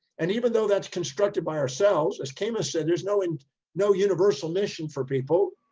and even though that's constructed by ourselves, as kayma said, there's no, and no universal mission for people.